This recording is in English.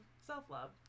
Self-love